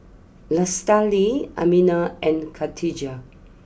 Lestari Aminah and Khatijah